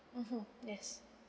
mmhmm yes